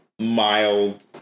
mild